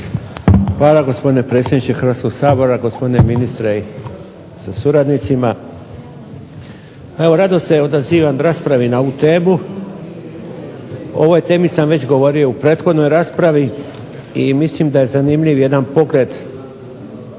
Hvala gospodine predsjedniče Hrvatskog sabora, gospodine ministre sa suradnicima. Evo rado se odazivam raspravi na ovu temu. O ovoj temi sam već govorio u prethodnoj raspravi i mislim da je zanimljiv jedan pokret